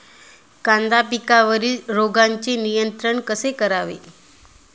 कांदा पिकावरील रोगांचे नियंत्रण कसे करावे?